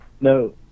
no